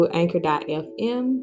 anchor.fm